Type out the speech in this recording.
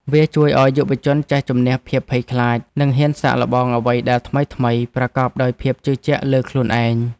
វាជួយឱ្យយុវជនចេះជម្នះភាពភ័យខ្លាច និងហ៊ានសាកល្បងអ្វីដែលថ្មីៗប្រកបដោយភាពជឿជាក់លើខ្លួនឯង។